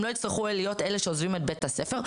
הם לא הצטרכו להיות אלה שעוזבים את בית-הספר.